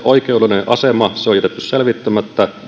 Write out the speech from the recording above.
oikeudellinen asema on jätetty selvittämättä